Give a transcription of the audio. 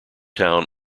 town